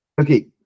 Okay